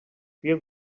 feel